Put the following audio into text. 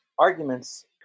Arguments